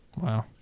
Wow